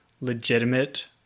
legitimate